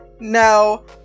no